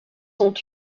sont